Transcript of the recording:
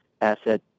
asset